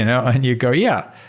you know and you go, yeah.